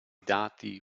dati